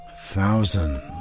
thousand